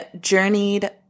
journeyed